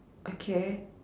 okay